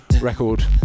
record